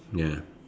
ya